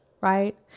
right